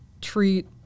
treat